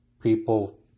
people